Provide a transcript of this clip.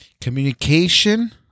communication